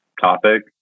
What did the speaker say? topic